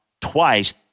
twice